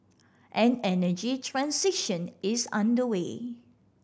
an energy transition is underway